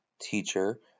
teacher